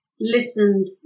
listened